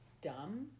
dumb